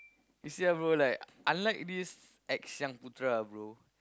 you see ah bro like unlike these X-Yung-Putra ah bro